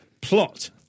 plot